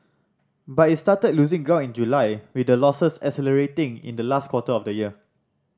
but it started losing ground in July with the losses accelerating in the last quarter of the year